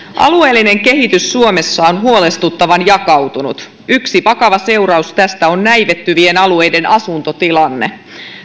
alueellinen kehitys suomessa on huolestuttavan jakautunut yksi vakava seuraus tästä on näivettyvien alueiden asuntotilanne